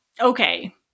okay